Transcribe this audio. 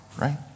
Right